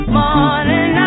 morning